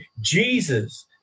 Jesus